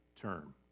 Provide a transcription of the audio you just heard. term